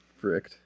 Fricked